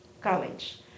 college